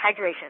hydration